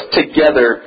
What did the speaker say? together